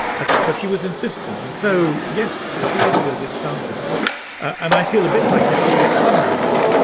but but he was insistent, and so ye so two years ago this started and i feel a bit like the older son now.